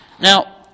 Now